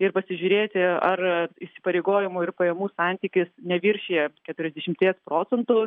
ir pasižiūrėti ar įsipareigojimų ir pajamų santykis neviršija keturiasdešimties procentų